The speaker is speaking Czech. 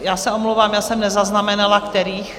Já se omlouvám, já jsem nezaznamenala kterých.